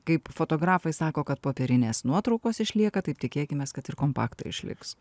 kaip fotografai sako kad popierinės nuotraukos išlieka taip tikėkimės kad ir kompaktai išliks